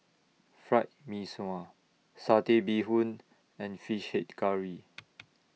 Fried Mee Sua Satay Bee Hoon and Fish Head Curry